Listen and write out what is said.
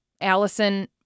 Allison